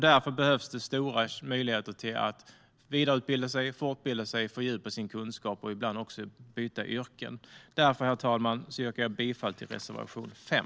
Därför behövs det stora möjligheter till att vidareutbilda sig, fortbilda sig, fördjupa sin kunskap och ibland också byta yrke, och därför, herr talman, yrkar jag bifall till reservation 5.